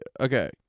Okay